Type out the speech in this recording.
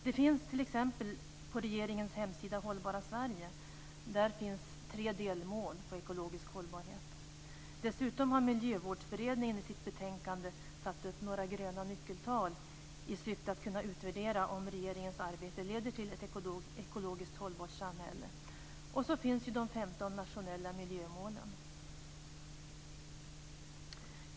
Det finns t.ex. på regeringens hemsida Dessutom har Miljövårdsberedningen i sitt betänkande satt upp några gröna nyckeltal i syfte att kunna utvärdera om regeringens arbete leder till ett ekologiskt hållbart samhälle. Så finns de 15 nationella miljömålen.